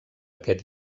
aquest